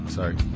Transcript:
Sorry